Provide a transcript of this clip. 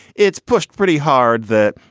it's pushed pretty hard that,